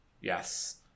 Yes